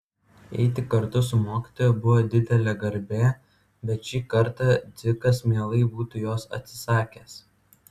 eiti kartu su mokytoja buvo didelė garbė bet šį kartą dzikas mielai būtų jos atsisakęs